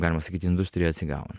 galima sakyt industrija atsigauna